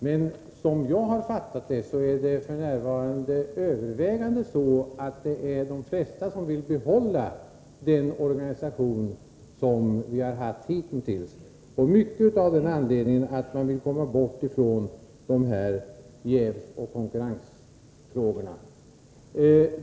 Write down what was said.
Men som jag har fattat det vill de flesta f. n. behålla den organisation som vi har haft hitintills — mycket av den anledningen att man vill komma bort ifrån jävoch konkurrensfrågorna.